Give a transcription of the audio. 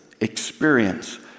experience